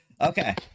okay